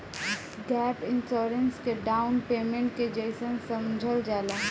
gap insurance के down payment के जइसन समझल जाला